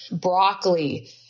Broccoli